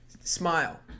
smile